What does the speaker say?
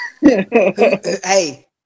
Hey